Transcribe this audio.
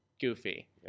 goofy